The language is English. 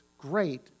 great